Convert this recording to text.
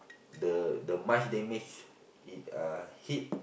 the the much damage it uh hit